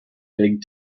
big